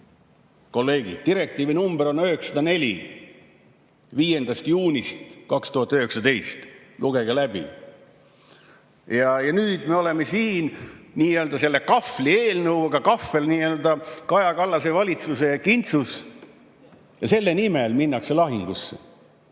Kolleegid! Direktiivi number on 904, see on 5. juunist 2019. Lugege läbi! Nüüd me oleme siin nii-öelda selle kahvlieelnõuga – kahvel Kaja Kallase valitsuse kintsus – ja selle nimel minnakse lahingusse.